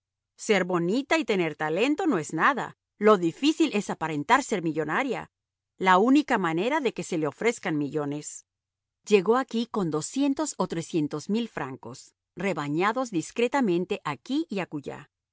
ser bonita y tener talento no es nada lo difícil es aparentar ser millonaria la única manera de que se le ofrezcan millones llegó aquí con doscientos o trescientos mil francos rebañados discretamente aquí y